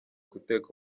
guteka